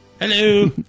Hello